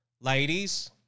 ladies